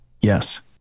Yes